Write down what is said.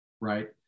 right